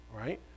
right